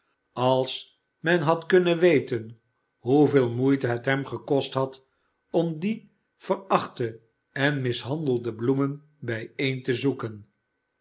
als men had kunnen weten hoeveel moeite het hem gekost had om die verachte en mishandelde bloemen bijeen te zoeken